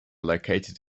located